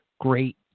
great